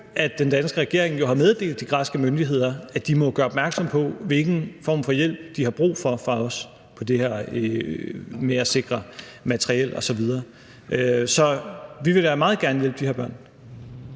at den danske regering jo har meddelt de græske myndigheder, at de må gøre opmærksom på, hvilken form for hjælp de har brug for fra os med hensyn til at sikre materiel osv. Så vi vil meget gerne hjælpe de her børn.